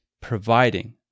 providing